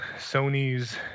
Sony's